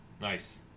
Nice